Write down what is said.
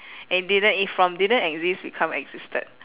and didn't it from didn't exist become existed